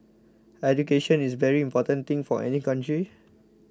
education is a very important thing for any country